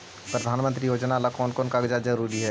प्रधानमंत्री योजना ला कोन कोन कागजात जरूरी है?